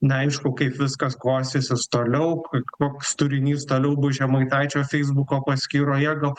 neaišku kaip viskas klostysis toliau koks turinys toliau bus žemaitaičio feisbuko paskyroje gal